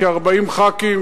כ-40 חברי כנסת,